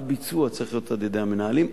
והביצוע צריך להיות על-ידי המנהלים.